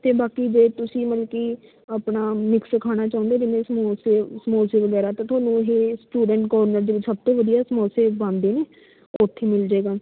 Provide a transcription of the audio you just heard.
ਅਤੇ ਬਾਕੀ ਜੇ ਤੁਸੀਂ ਮਤਲਬ ਕਿ ਆਪਣਾ ਮਿਕਸ ਖਾਣਾ ਚਾਹੁੰਦੇ ਜਿਵੇਂ ਸਮੋਸੇ ਸਮੋਸੇ ਵਗੈਰਾ ਤਾਂ ਤੁਹਾਨੂੰ ਇਹ ਸਟੂਡੈਂਟ ਕੌਰਨਰ ਦੇ ਵਿੱਚ ਸਭ ਤੋਂ ਵਧੀਆ ਸਮੋਸੇ ਬਣਦੇ ਨੇ ਉੱਥੇ ਮਿਲ ਜੇਗਾ